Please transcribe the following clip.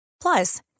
Plus